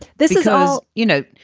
this is ah us, you know,